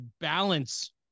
balance